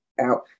out